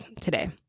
today